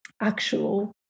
actual